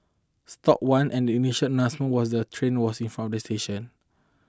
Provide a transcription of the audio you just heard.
stopped one and the initial announcement was the train was in front at the station